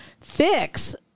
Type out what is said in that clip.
fix